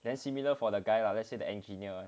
then similar for the guy lah let's say the engineer